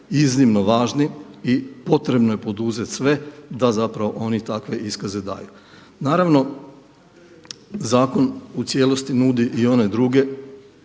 iznimno važni i potrebno je poduzeti sve da oni takve iskaze daju. Naravno u cijelosti nudi i ona druga